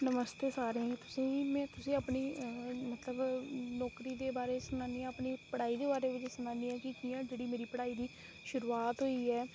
नमस्ते तुसें सारें गी में तुसेंगी मतलब नौकरी दे बारे च सनान्नी आं अपनी पढ़ाई दे बारे च सनान्नी आं कि कि'यां मेरी पढ़ाई दी शुरूआत होई ऐ